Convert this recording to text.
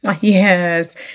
yes